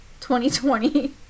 2020